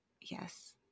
Yes